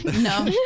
No